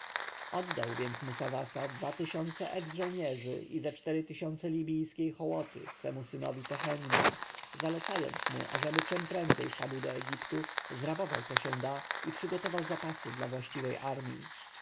oddał więc musawasa dwa tysiące eks-żołnierzy i ze cztery tysiące libijskiej hołoty swemu synowi tehennie zalecając mu ażeby czem prędzej wpadł do egiptu zrabował co się da i przygotował zapasy dla właściwej armji